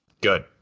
good